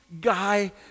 guy